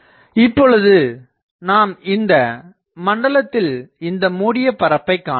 இப்பொழுது நாம் இந்த மண்டலத்தில் இந்த மூடிய பரப்பை காணலாம்